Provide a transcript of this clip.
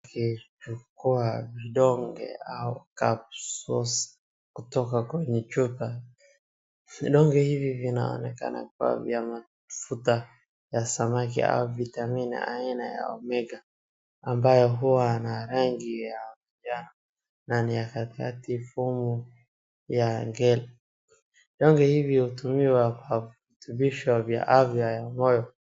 Akichukua ndonge au capsules kutoka kwenye chupa, vidonge hivi vinaonekana kuwa vya mafuta ya samaki au vitamin aina ya Omega ambayo huwa na rangi ya manjano na inakaa kwa kimfumo ya nge vindonge hivi hutumiwa kwa virutubisho vya afya ya moyo.